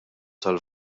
tal